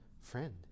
Friend